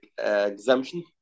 exemption